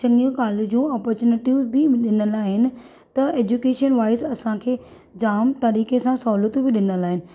चङियूं कॉलेजूं ओपोर्चूनिटी बि ॾिनल आहिनि त ऐज्यूकेशन वाइस असांखे जामु तरीक़े सां सहुलियतूं बि ॾिनल आहिनि